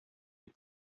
est